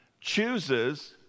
chooses